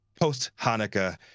post-Hanukkah